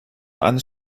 eines